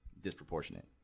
disproportionate